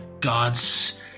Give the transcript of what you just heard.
gods